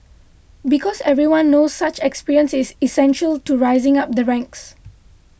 because everyone knows such experience is essential to rising up the ranks